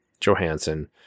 Johansson